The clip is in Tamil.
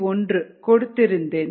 1 கொடுத்திருந்தேன்